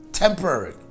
Temporary